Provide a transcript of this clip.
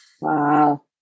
Wow